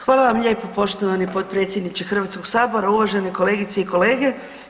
Hvala vam lijepo, poštovani potpredsjedniče Hrvatskog sabora, uvažene kolegice i kolege.